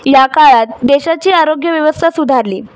या काळात देशाची आरोग्यव्यवस्था सुधारली